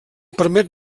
permet